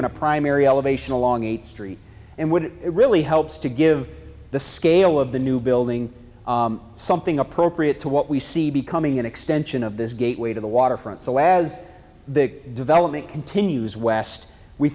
and a primary elevation along a street and would it really helps to give the scale of the new building something appropriate to what we see becoming an extension of this gateway to the waterfront so as the development continues west we